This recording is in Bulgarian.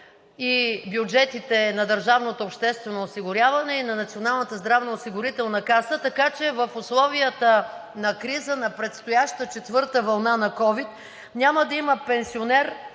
и бюджетите на държавното обществено осигуряване и на Националната здравноосигурителна каса, така че в условията на криза, на предстояща четвърта вълна на ковид, няма да има пенсионер,